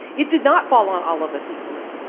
it did not fall on all of us equally.